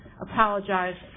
apologize